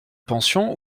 pension